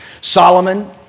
Solomon